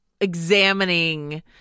examining